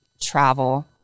travel